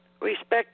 respect